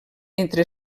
entre